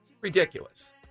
Ridiculous